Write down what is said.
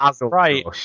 Right